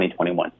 2021